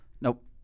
Nope